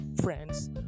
friends